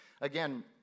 again